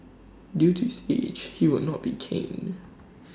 due to his age he will not be caned